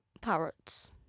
parrots